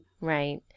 Right